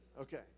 Okay